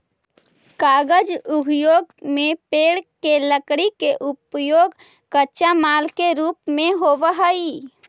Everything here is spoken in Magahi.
कागज उद्योग में पेड़ के लकड़ी के उपयोग कच्चा माल के रूप में होवऽ हई